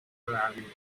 radio